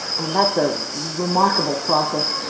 and that's a remarkable process.